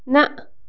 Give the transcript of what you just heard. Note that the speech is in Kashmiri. نہَ